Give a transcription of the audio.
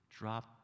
drop